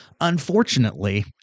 unfortunately